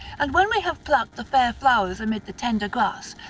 and when we have plucked the fair flowers amid the tender grass,